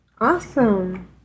Awesome